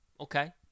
Okay